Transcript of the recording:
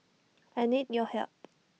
I need your help